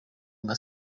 nka